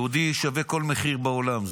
יהודי שווה כל מחיר בעולם.